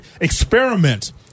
experiment